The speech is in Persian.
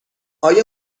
آیا